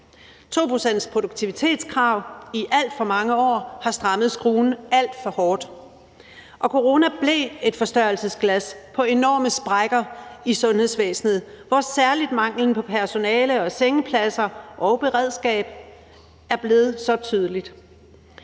2-procentsproduktivitetskrav i alt for mange år har strammet skruen alt for hårdt, og corona blev et forstørrelsesglas for enorme sprækker i sundhedsvæsenet, hvor særlig manglen på personale og sengepladser og beredskab er blevet så tydelig.